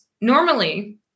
normally